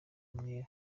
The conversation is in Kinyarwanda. umwere